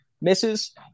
misses